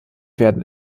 werden